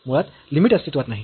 मुळात लिमिट अस्तित्वात नाही